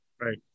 Right